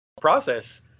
process